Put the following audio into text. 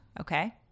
okay